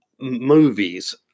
movies